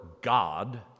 God